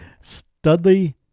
Studley